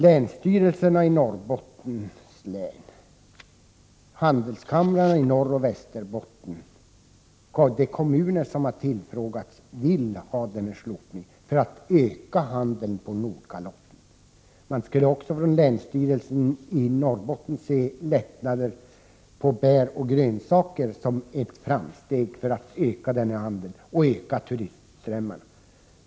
Länsstyrelserna i Norrbottens län, handelskamrarna i Norroch Västerbotten och de kommuner som har tillfrågats vill att ett sådant slopande sker till förmån för en ökning av handeln på Nordkalotten. Länsstyrelsen i Norrbottens län skulle också vilja att man införde lättnader på bär och grönsaker för att öka handeln med dessa och för att bredda turistströmmarna.